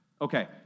Okay